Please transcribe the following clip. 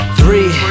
three